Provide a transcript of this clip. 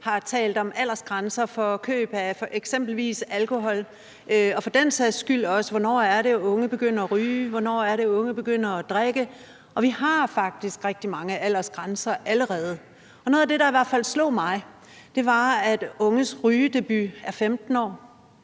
har talt om aldersgrænser for køb af eksempelvis alkohol og for den sags skyld også, hvornår unge begynder at ryge, hvornår unge begynder at drikke, og vi har faktisk allerede rigtig mange aldersgrænser. Noget af det, der i hvert fald slog mig, var, at unges rygedebut er 15 år,